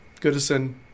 Goodison